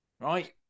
right